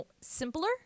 simpler